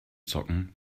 zocken